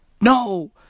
No